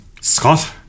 Scott